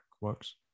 works